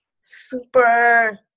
super